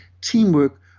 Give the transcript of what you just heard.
teamwork